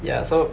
ya so